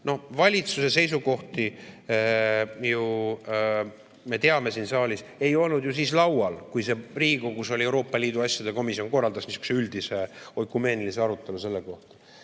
Valitsuse seisukohti ju siis, me teame, siin saalis ei olnud laual, kui see Riigikogus oli, kui Euroopa Liidu asjade komisjon korraldas niisuguse üldise oikumeenilise arutelu selle kohta.